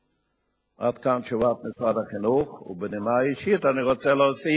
הלימודים תשע"ב, פוצלו במגזר הלא-יהודי 461 כיתות,